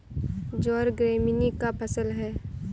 ज्वार ग्रैमीनी का फसल है